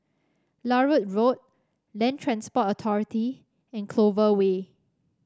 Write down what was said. Larut Road Land Transport Authority and Clover Way